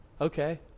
Okay